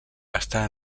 està